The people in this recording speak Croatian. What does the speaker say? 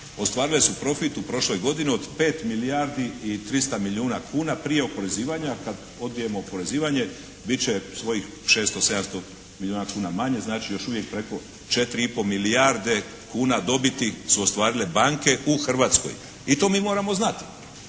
ostvarile su profit u prošloj godini od 5 milijardi i 300 milijuna kuna prije oporezivanja, kada odbijemo oporezivanje biti kojih 600, 700 milijuna manje, znači još uvijek preko 4,5 milijarde kuna dobit su ostvarile banke u Hrvatskoj. I to mi moramo znati.